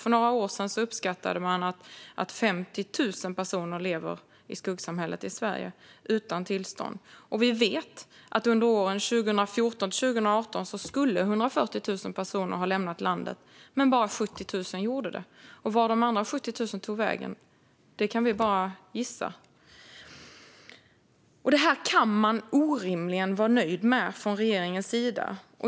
För några år sedan uppskattade man att 50 000 personer levde i skuggsamhället i Sverige utan tillstånd. Vi vet att under åren 2014-2018 skulle 140 000 personer ha lämnat landet, men bara 70 000 gjorde det. Vart de andra 70 000 tog vägen kan vi bara gissa. Detta kan man orimligen vara nöjd med från regeringens sida.